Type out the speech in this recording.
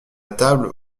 table